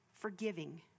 forgiving